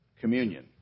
communion